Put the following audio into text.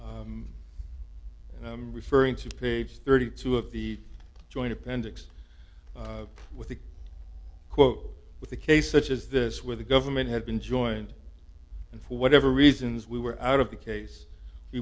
testified and i'm referring to page thirty two of the joint appendix with the quote with the case such as this where the government had been joined and for whatever reasons we were out of the case